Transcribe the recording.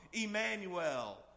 Emmanuel